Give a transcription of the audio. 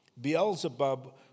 Beelzebub